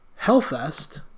Hellfest